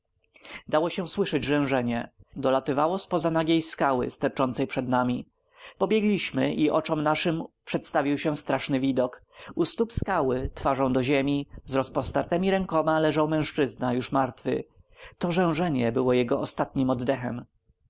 za nagiej skały sterczącej przed nami podbiegliśmy i oczom naszym przedstawił się straszny widok u stóp skały twarzą do ziemi z rozpostartemi rękoma leżał mężczyzna już martwy to rzęrzenie było jego ostatnim oddechem